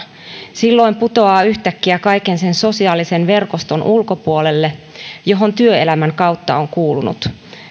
silloin putoaa yhtäkkiä kaiken sen sosiaalisen verkoston ulkopuolelle johon työelämän kautta on kuulunut